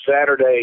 Saturday